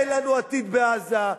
אין לנו עתיד בעזה,